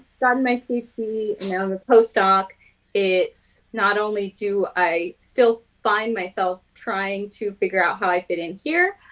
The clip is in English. gotten my ph d. and post doc it's not only do i still find myself trying to figure out how i fit in here,